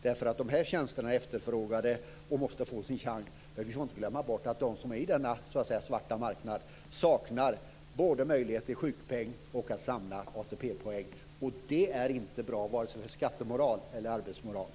Dessa tjänster är nämligen efterfrågade och måste få sin chans. Vi får ju inte glömma bort att de som befinner sig på denna svarta marknad saknar både möjligheter till sjukpenning och pensionspoäng. Och det är inte bra vare sig för skattemoralen eller arbetsmoralen.